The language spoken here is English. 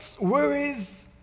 worries